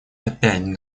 опять